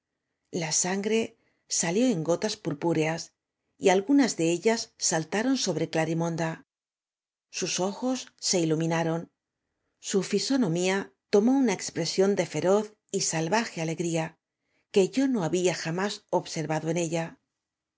la sangre salió en gotas purpúreas y algunas de ellas saltaron sobre glarimonda sus ojos se iluminaron su fisonomía tomó una ez presión de feroz y salvaje alegría que yo no había jamás observado en ella